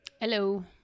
Hello